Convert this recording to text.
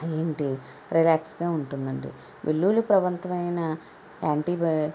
ఏంటి రిలాక్స్గా ఉంటుంది వెల్లుల్లి ప్రభావంతమైన ఆంటి బయో